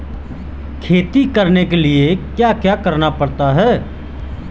खेती करने के लिए क्या क्या करना पड़ता है?